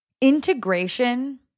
Integration